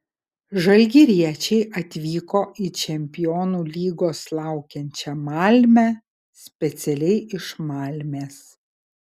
žalgiriečiai atvyko į čempionų lygos laukiančią malmę specialiai iš malmės